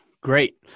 Great